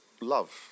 love